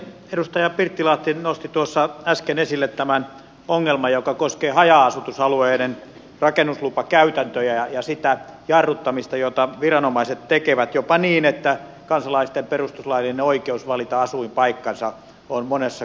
edustaja pirttilahti nosti tuossa äsken esille tämän ongelman joka koskee haja asutusalueiden rakennuslupakäytäntöjä ja sitä jarruttamista jota viranomaiset tekevät jopa niin että kansalaisten perustuslaillinen oikeus valita asuinpaikkansa on monessa kohtaa vaarantunut